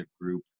group